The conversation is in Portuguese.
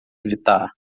evitar